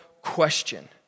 question